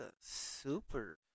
super